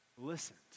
listened